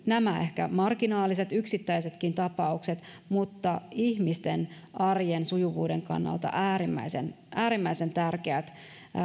nämä ehkä marginaaliset yksittäisetkin tapaukset mutta ihmisten arjen sujuvuuden kannalta äärimmäisen äärimmäisen tärkeät